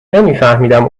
نمیفهمیدم